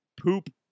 poop